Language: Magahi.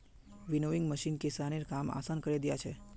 विनोविंग मशीन किसानेर काम आसान करे दिया छे